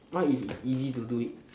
what if it's easy to do it